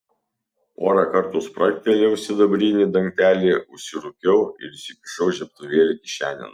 porą kartų spragtelėjau sidabrinį dangtelį užsirūkiau ir įsikišau žiebtuvėlį kišenėn